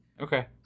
Okay